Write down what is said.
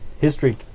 History